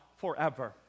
forever